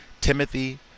Timothy